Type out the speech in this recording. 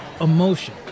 emotion